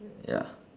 ya